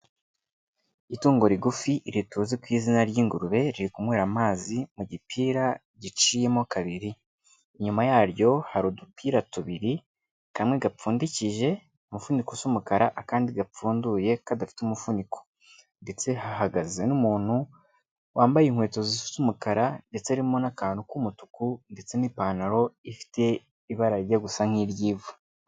Itungo rigufi iri tuzi ku izina ry'ingurube riri kunywera amazi mu gipira giciyemo kabiri, inyuma yaryo hari udupira tubiri kamwe gapfundikije umufuniko usa umukara akandi gapfunduye kadafite umufuniko, ndetse hahagaze n'umuntu wambaye inkweto zisa umukara ndetse harimo n'akantu k'umutuku, ndetse n'ipantaro ifite ibara rijya gusa n'iry'ivu.